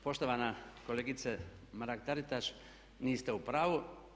Poštovana kolegice Mrak Taritaš, niste u pravu.